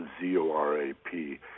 Z-O-R-A-P